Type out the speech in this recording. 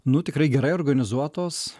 nu tikrai gerai organizuotos